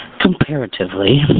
comparatively